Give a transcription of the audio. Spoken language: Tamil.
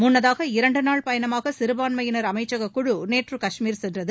முன்னதாக இரண்டு நாள் பயணமாக சிறபான்மையினர் அமைச்சக குழு நேற்று காஷ்மீர் சென்றது